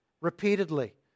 repeatedly